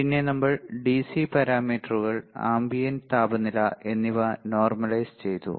പിന്നെ നമ്മൾ ഡിസി പാരാമീറ്ററുകൾ ആംബിയന്റ് താപനില എന്നിവ നോർമലൈസ് ചെയ്തു